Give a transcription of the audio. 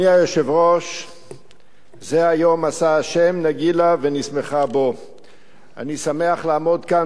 אני מזמין את חבר